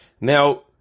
Now